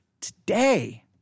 today